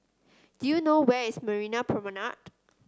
do you know where is Marina Promenade